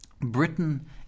Britain